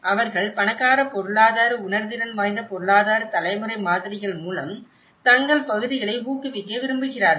அவர்கள் பணக்கார பொருளாதார உணர்திறன் வாய்ந்த பொருளாதார தலைமுறை மாதிரிகள் மூலம் தங்கள் பகுதிகளை ஊக்குவிக்க விரும்புகிறார்கள்